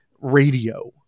radio